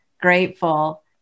grateful